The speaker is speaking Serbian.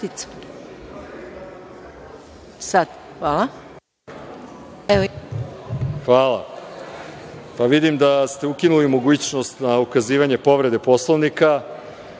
Hvala vam. Vidim da ste ukinuli mogućnost na ukazivanje povrede Poslovnika.